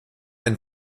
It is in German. ein